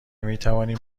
میتوانیم